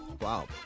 wow